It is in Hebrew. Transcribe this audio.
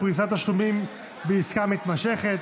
פריסת תשלומים בעסקה מתמשכת),